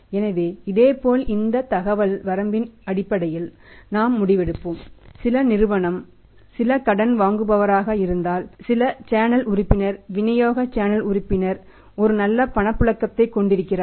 எனவே இதேபோல் இந்த தகவல் வரம்பின் அடிப்படையில் நாம் முடிவெடுப்போம் சில நிறுவனம் சில கடன் வாங்குபவராக இருந்தால் சில சேனல் உறுப்பினர் விநியோக சேனல் உறுப்பினர் ஒரு நல்ல பணப்புழக்கத்தைக் கொண்டிருக்கிறார்